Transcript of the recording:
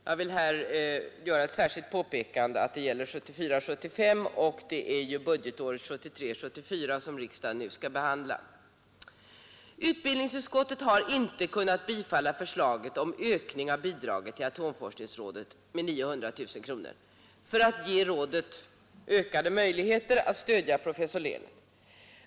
Jag vill här påpeka att detta gäller budgetåret 1974 74. Utbildningsutskottet har icke kunnat tillstyrka förslaget om ökning av bidraget till atomforskningsrådet med 900 000 kronor för att ge rådet ökade möjligheter att stödja professor Lehnert.